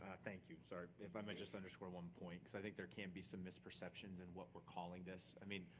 thank you, sorry. if i may just underscore one point. cause i think there can be some misperceptions in what we're calling this. i mean